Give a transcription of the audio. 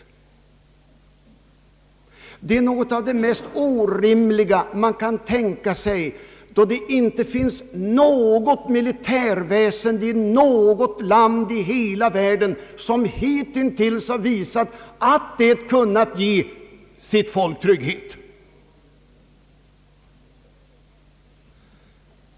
Detta är något av det mest orimliga man kan tänka sig, eftersom det inte finns något militärväsende i något land i hela världen som hitintills har visat att det har kunna ge ett folk trygghet.